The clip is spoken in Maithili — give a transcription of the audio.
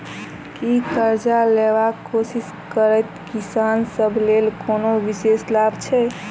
की करजा लेबाक कोशिश करैत किसान सब लेल कोनो विशेष लाभ छै?